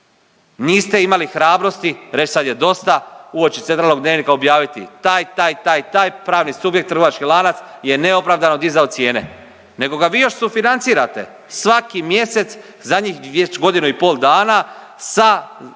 Niste imali hrabrosti reći, sad je dosta uoči centralnog dnevnika objaviti taj, taj, taj i taj pravni subjekt, trgovački lanac je neopravdano dizao cijene nego ga vi još sufinancirate svaki mjesec zadnjih već godinu i pol dana sa